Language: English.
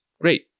great